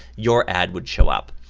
your ad would show up.